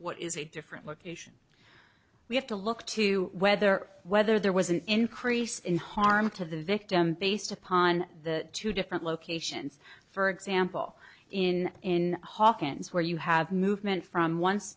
what is a different location we have to look to whether whether there was an increase in harm to the victim based upon the two different locations for example in in hawkins where you have movement from once